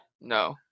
No